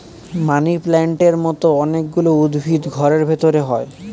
মানি প্লান্টের মতো অনেক গুলো উদ্ভিদ ঘরের ভেতরে হয়